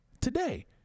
Today